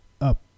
up